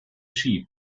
sheep